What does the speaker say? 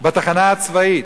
בתחנה הצבאית,